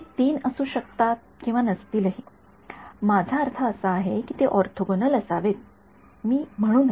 ते तीन असू शकतात किंवा नसतील माझा अर्थ असा आहे की ते ऑर्थोगोनल असावेत मी म्हणू नये